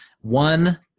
one